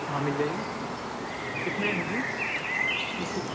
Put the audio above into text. ہاں مِل جائےگی کتنے ایم جی لیکن